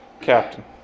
captain